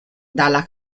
dalla